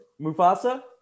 Mufasa